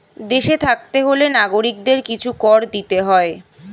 দেশে থাকতে হলে নাগরিকদের কিছু কর দিতে হয়